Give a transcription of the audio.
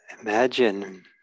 imagine